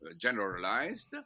generalized